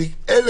אני לא